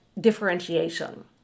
differentiation